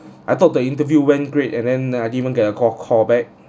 I thought the interview went great and then I didn't even get a call call back